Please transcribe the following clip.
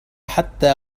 حتى